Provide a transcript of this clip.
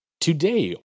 Today